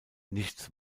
nichts